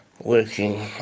working